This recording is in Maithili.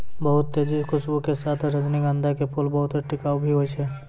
बहुत तेज खूशबू के साथॅ रजनीगंधा के फूल बहुत टिकाऊ भी हौय छै